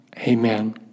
Amen